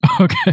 Okay